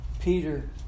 Peter